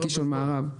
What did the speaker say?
לקישון מערב.